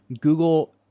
Google